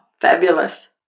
fabulous